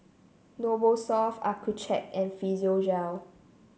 Novosource Accucheck and Physiogel